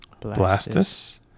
Blastus